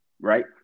right